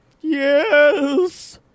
Yes